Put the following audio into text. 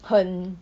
很